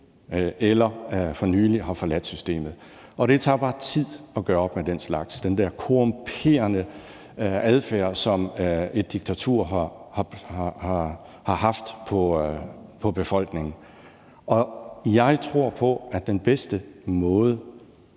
eller som for nylig har forladt systemet, og det tager bare tid at gøre op med den slags – den der korrumperende adfærd, som et diktatur har haft over for befolkningen. Og jeg tror på, at den bedste måde